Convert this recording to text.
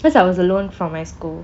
cause I was alone from my school